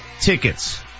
tickets